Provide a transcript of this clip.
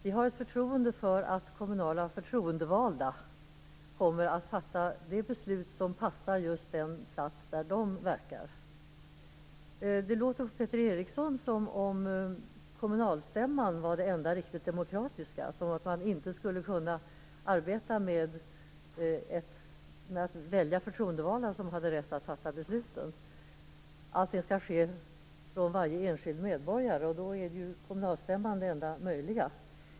Vi har ett förtroende för att kommunalt förtroendevalda kommer att fatta de beslut som passar på just den plats där de verkar. Det låter på Peter Eriksson som om kommunalstämman är det enda riktigt demokratiska, att man inte skall kunna välja förtroendevalda som har rätt att fatta besluten utan att besluten skall fattas av varje enskild medborgare. I så fall är ju kommunalstämman det enda möjliga.